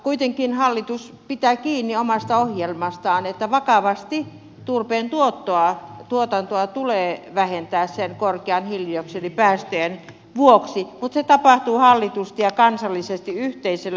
kuitenkin hallitus pitää kiinni omasta ohjelmastaan että vakavasti turpeen tuotantoa tulee vähentää sen korkeiden hiilidioksidipäästöjen vuoksi mutta se tapahtuu hallitusti ja kansallisesti yhteisellä ymmärryksellä